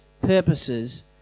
purposes